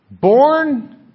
born